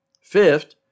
Fifth